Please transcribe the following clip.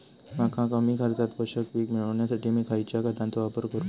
मका कमी खर्चात पोषक पीक मिळण्यासाठी मी खैयच्या खतांचो वापर करू?